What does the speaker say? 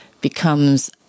becomes